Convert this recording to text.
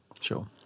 Sure